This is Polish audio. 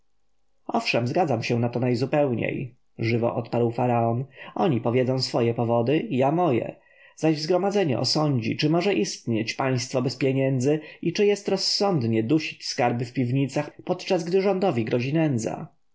owszem zgadzam się na to najzupełniej żywo odparł faraon oni powiedzą swoje powody ja moje zaś zgromadzenie osądzi czy może istnieć państwo bez pieniędzy i czy jest rozsądnie dusić skarby w piwnicach podczas gdy rządowi grozi nędza